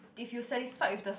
if you satisfied with the